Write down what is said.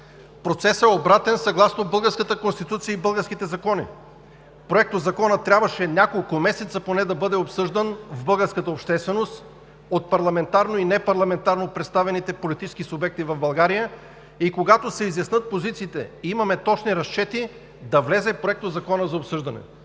Процесът е обратен съгласно българската Конституция и българските закони. Проектозаконът трябваше няколко месеца поне да бъде обсъждан в българската общественост от парламентарно и непарламентарно представените политически субекти в България и когато се изяснят позициите и имаме точни разчети, той да влезе за обсъждане.